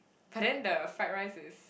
but then the fried rice is